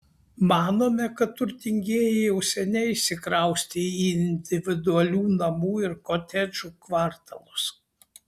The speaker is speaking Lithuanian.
manome kad turtingieji jau seniai išsikraustė į individualių namų ir kotedžų kvartalus